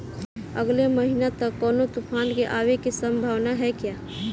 अगले महीना तक कौनो तूफान के आवे के संभावाना है क्या?